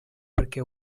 perquè